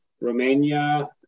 romania